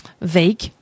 vague